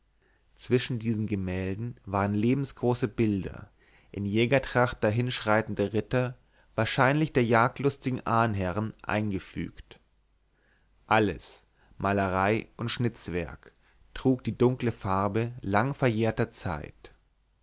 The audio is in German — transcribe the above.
zwischen diesen gemälden waren lebensgroße bilder in jägertracht dahinschreitende ritter wahrscheinlich der jagdlustigen ahnherren eingefügt alles malerei und schnitzwerk trug die dunkle farbe langverjährter zeit